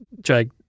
Jake